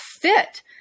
fit